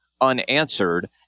unanswered